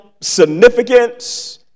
significance